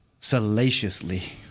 Salaciously